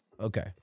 okay